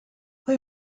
they